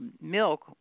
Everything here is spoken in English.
milk